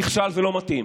נכשל ולא מתאים,